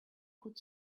could